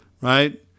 Right